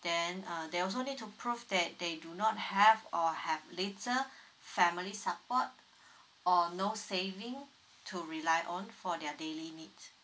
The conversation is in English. then uh they also need to prove that they do not have or have little family support or no saving to rely on for their daily needs